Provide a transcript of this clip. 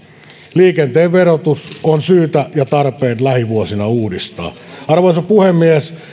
liikenteen verotus on syytä ja tarpeen lähivuosina uudistaa arvoisa puhemies